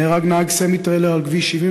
נהרג נהג סמיטריילר על כביש 77,